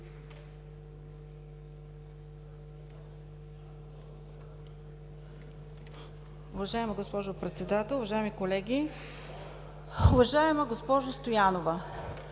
Уважаема госпожо Председател, уважаеми колеги! Уважаема госпожо Стоянова,